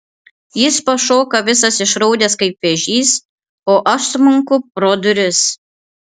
jis pašoka visas išraudęs kaip vėžys o aš smunku pro duris